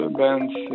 bands